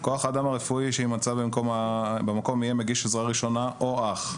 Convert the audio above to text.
"כוח האדם הרפואי שיימצא במקום יהיה מגיש עזרה ראשונה או אח".